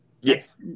Yes